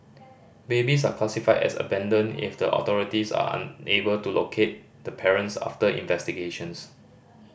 babies are classified as abandoned if the authorities are unable to locate the parents after investigations